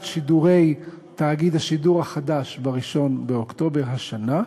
שידורי תאגיד השידור החדש ב-1 באוקטובר השנה,